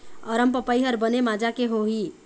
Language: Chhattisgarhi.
अरमपपई हर बने माजा के होही?